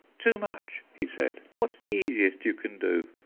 too much, he said what's the easiest you can do?